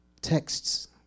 texts